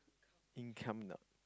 income now